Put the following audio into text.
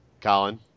Colin